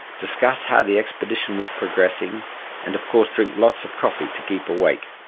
discuss how the expedition was progressing and of course drink lots of coffee to keep awake.